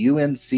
UNC